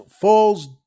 falls